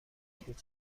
کوچک